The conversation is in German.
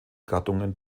gattungen